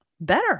better